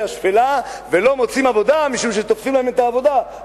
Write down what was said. השפלה ולא מוצאים עבודה משום שתופסים להם את העבודה,